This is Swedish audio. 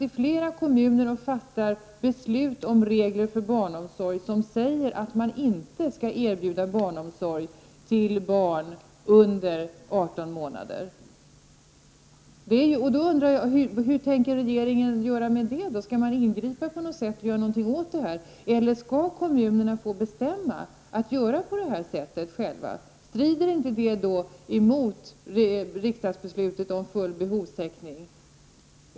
I flera kommuner fattar man beslut om regler för barnomsorg som säger att man inte skall erbjuda barnomsorg för barn under 18 månaders ålder. Hur tänker regeringen då göra med det -- skall man ingripa på något sätt och göra någonting åt det, eller skall kommunerna själva få fatta beslut om att göra på det sättet? Strider det då inte mot riksdagsbeslutet om full behovstäckning?